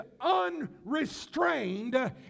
unrestrained